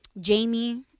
Jamie